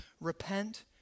Repent